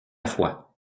foi